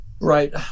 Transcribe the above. Right